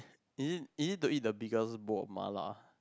is it is it to eat the biggest bowl of mala